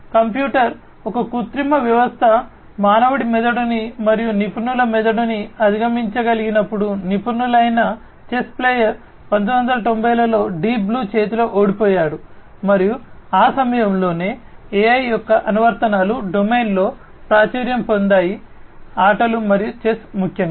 కాబట్టి కంప్యూటర్ ఒక కృత్రిమ వ్యవస్థ మానవుడి మెదడును మరియు నిపుణుల మెదడును అధిగమించగలిగినప్పుడు నిపుణులైన చెస్ ప్లేయర్ 1990 లలో డీప్ బ్లూ చేతిలో ఓడిపోయాడు మరియు ఆ సమయంలోనే AI యొక్క అనువర్తనాలు డొమైన్లో ప్రాచుర్యం పొందాయి ఆటలు మరియు చెస్ ముఖ్యంగా